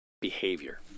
behavior